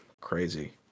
Crazy